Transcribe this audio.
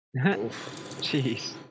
jeez